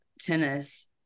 tennis